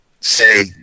say